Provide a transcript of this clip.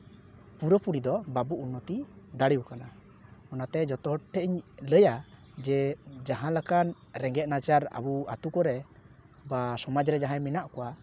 ᱯᱩᱨᱟᱹᱯᱩᱨᱤ ᱫᱚ ᱵᱟᱵᱚ ᱩᱱᱱᱚᱛᱤ ᱫᱟᱲᱮᱣ ᱠᱟᱫᱟ ᱚᱱᱟᱛᱮ ᱡᱚᱛᱚ ᱦᱚᱲ ᱴᱷᱮᱡ ᱤᱧ ᱞᱟᱹᱭᱟ ᱡᱮ ᱡᱟᱦᱟᱞᱮᱠᱟᱱ ᱨᱮᱸᱜᱮᱡ ᱱᱟᱪᱟᱨ ᱟᱵᱚ ᱟᱛᱳ ᱠᱚᱨᱮᱱ ᱵᱟ ᱥᱚᱢᱟᱡᱽ ᱨᱮ ᱡᱟᱦᱟᱸᱭ ᱢᱮᱱᱟᱜ ᱠᱚᱣᱟ